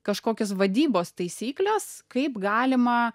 kažkokias vadybos taisykles kaip galima